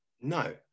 No